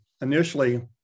initially